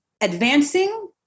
advancing